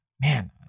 man